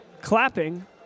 clapping